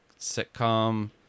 sitcom